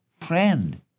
friend